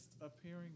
appearing